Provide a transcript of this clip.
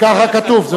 כל הצעת החוק, אנשי דת.